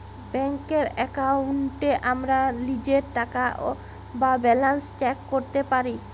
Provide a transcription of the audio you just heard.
ব্যাংকের এক্কাউন্টে আমরা লীজের টাকা বা ব্যালান্স চ্যাক ক্যরতে পারি